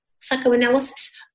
psychoanalysis